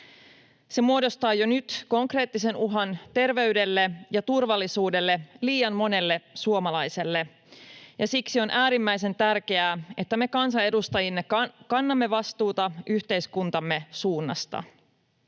Se muodostaa jo nyt konkreettisen uhan terveydelle ja turvallisuudelle liian monelle suomalaiselle, ja siksi on äärimmäisen tärkeää, että me kansanedustajina kannamme vastuuta yhteiskuntamme suunnasta.